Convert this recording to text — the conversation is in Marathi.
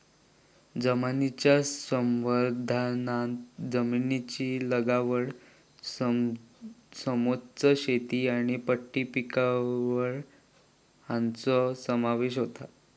जमनीच्या संवर्धनांत जमनीची लागवड समोच्च शेती आनी पट्टी पिकावळ हांचो समावेश होता